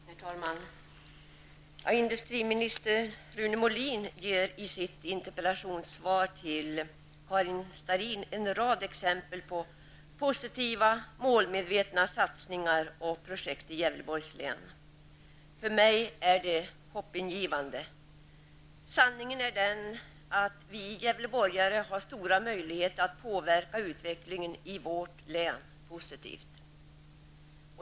Herr talman! Industriminister Rune Molin ger i sitt interpellationssvar till Karin Starrin en rad exempel på positiva och målmedvetna satsningar och projekt i Gävleborgs län. För mig är detta hoppingivande. Sanningen är den att vi gävleborgare har stora möjligheter att positivt påverka utvecklingen i vårt län.